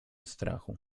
strachu